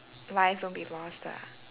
lives won't be lost ah